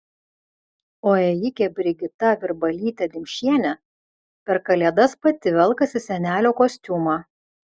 o ėjikė brigita virbalytė dimšienė per kalėdas pati velkasi senelio kostiumą